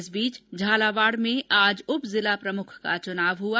इस बीच झालावाड़ में आज उप जिला प्रमुख का चुनाव हुआ